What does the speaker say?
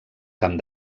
camp